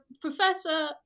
professor